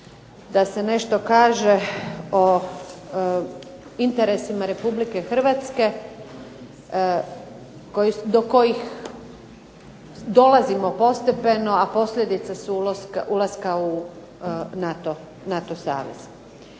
da se nešto kaže o interesima Republike Hrvatske, do kojih dolazimo postepeno, a posljedica su ulaska u NATO savez.